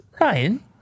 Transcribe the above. Ryan